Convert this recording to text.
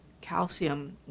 calcium